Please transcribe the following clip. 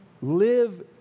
live